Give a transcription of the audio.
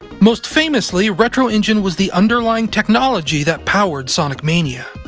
most famously, retro engine was the underlying technology that powered sonic mania.